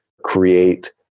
create